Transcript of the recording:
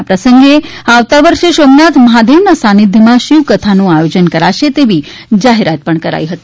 આ પ્રસંગે આવતા વર્ષે સોમનાથ મહાદેવના સાનિધ્યમાં શિવકથાનું આયોજન કરાશે તેની જાહેરાત પણ કરાઈ હતી